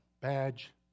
badge